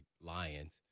Lions